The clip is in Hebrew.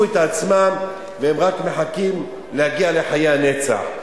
את עצמם והם רק מחכים להגיע לחיי הנצח.